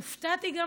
הופתעתי גם